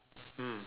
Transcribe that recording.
mm